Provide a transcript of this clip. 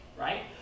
right